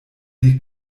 die